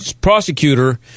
prosecutor